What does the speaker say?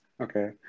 Okay